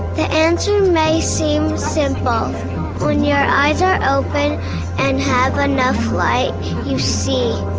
the answer may seem simple when your eyes are open and have enough light you see,